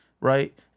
right